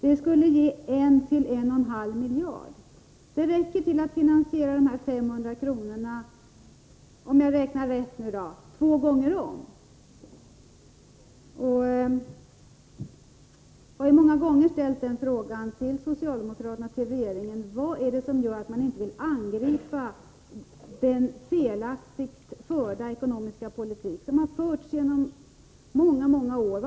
Det skulle ge 1-1,5 miljarder kronor och skulle räcka till för att finansiera de 500 kronorna två gånger om. Jag har många gånger ställt den frågan till socialdemokraterna och regeringen: Varför vill man inte angripa den felaktiga ekonomiska politik som har förts under många år?